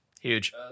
huge